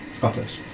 scottish